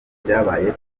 ibyabaye